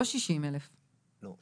לא 60,000. לא,